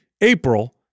April